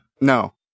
No